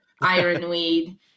Ironweed